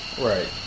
Right